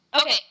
Okay